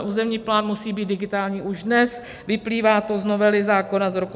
územní plán musí být digitální už dnes, vyplývá to z novely zákona z roku 2017.